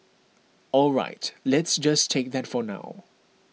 all right let's just take that for now